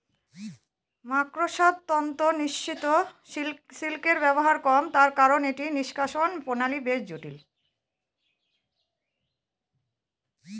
মাকড়সার তন্তু নিঃসৃত সিল্কের ব্যবহার কম তার কারন এটি নিঃষ্কাষণ প্রণালী বেশ জটিল